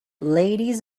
ladies